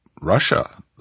Russia